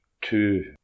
two